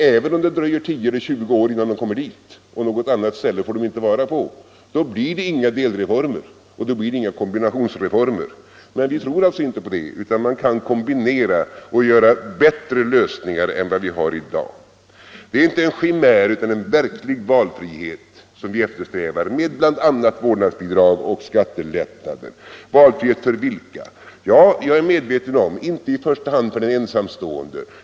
—- även om det dröjer 10 eller 20 år innan de kommer dit, och att de inte får vara på något annat ställe, då blir det inga delreformer och inga kombinationsreformer. Men vi tror alltså inte på en sådan lösning utan tror att man kan kombinera och göra bättre lösningar än vad vi har i dag. Det är inte en chimär utan en verklig valfrihet vi eftersträvar med bl.a. vårdnadsbidrag och skattelättnader. Valfrihet för vilka? Ja, jag är medveten om att det inte i första hand gäller den ensamstående.